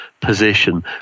position